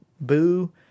boo